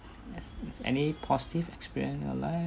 is any positive experience in your life